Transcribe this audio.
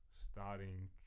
starting